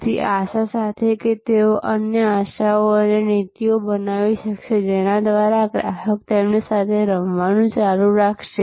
એવી આશા સાથે કે તેઓ અન્ય આશાઓ અને નીતિઓ બનાવી શકશે જેના દ્વારા ગ્રાહક તેમની સાથે રમવાનું ચાલુ રાખશે